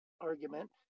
argument